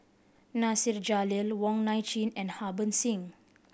Nasir Jalil Wong Nai Chin and Harbans Singh